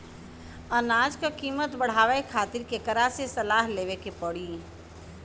अनाज क कीमत बढ़ावे खातिर केकरा से सलाह लेवे के पड़ी?